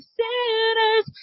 sinners